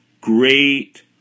great